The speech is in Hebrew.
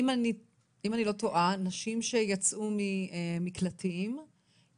נשים שיצאו ממקלטים לנשים מוכות,